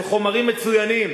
זה חומרים מצוינים.